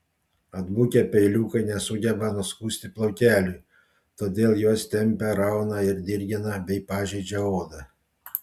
atbukę peiliukai nesugeba nuskusti plaukelių todėl juos tempia rauna ir dirgina bei pažeidžia odą